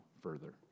further